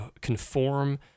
conform